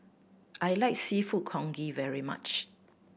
I like Seafood Congee very much